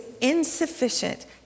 insufficient